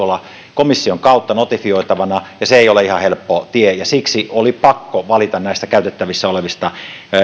komission kautta notifioitavana ja se ei ole ihan helppo tie ja siksi oli pakko valita näistä käytettävissä olevista